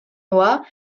lois